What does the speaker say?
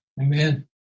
Amen